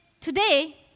today